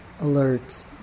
alert